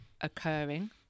occurring